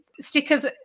stickers